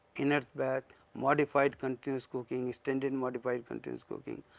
enerbatch, modified continuous cooking, extended and modified continuous cooking,